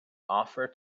offer